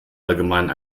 allgemein